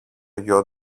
γιο